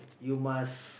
you must